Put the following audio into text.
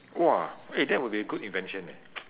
!wah! eh that would be a good invention leh